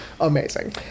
amazing